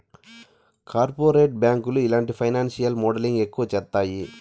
corporate బ్యాంకులు ఇలాంటి financial modelling ఎక్కువ చేత్తాయి